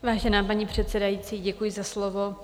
Vážená paní předsedající, děkuji za slovo.